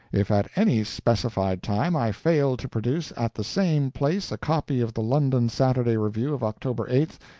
if at any specified time i fail to produce at the same place a copy of the london saturday review of october eighth,